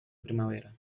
primavera